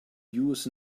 use